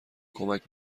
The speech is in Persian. کمک